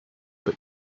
but